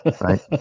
right